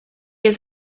has